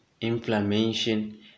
inflammation